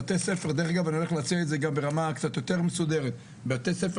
אני גם רוצה להציע את זה ברמה קצת יותר מסודרת כך שבבתי ספר